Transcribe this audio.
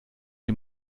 die